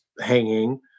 hanging